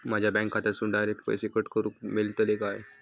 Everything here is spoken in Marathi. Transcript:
माझ्या बँक खात्यासून डायरेक्ट पैसे कट करूक मेलतले काय?